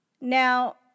Now